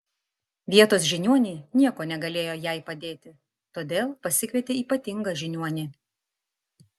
vietos žiniuoniai niekuo negalėjo jai padėti todėl pasikvietė ypatingą žiniuonį